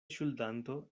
ŝuldanto